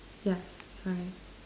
yes trying